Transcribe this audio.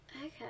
Okay